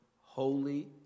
holy